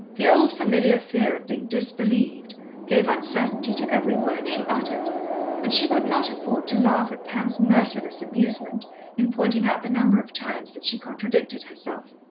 the old familiar fear of being disbelieved gave uncertainty to every word she uttered and she could not afford to laugh at pam's merciless amusement in pointing out the number of times that she contradicted herself.